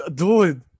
dude